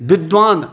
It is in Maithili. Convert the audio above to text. विद्वान